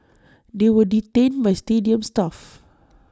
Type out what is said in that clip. they were detained by stadium staff